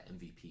MVP